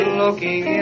looking